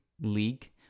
league